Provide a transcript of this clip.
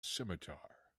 scimitar